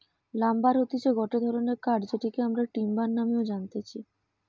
lumber হতিছে গটে ধরণের কাঠ যেটিকে আমরা টিম্বার নামেও জানতেছি